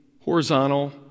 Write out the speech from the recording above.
horizontal